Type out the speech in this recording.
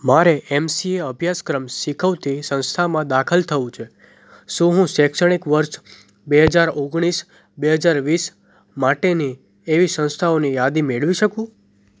મારે એમસીએ અભ્યાસક્રમ શીખવતી સંસ્થામાં દાખલ થવું છે શું હું શૈક્ષણિક વર્ષ બે હજાર ઓગણીસ બે હજાર વીસ માટેની એવી સંસ્થાઓની યાદી મેળવી શકું